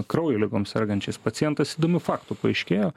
kraujo ligom sergančiais pacientais įdomių faktų paaiškėjo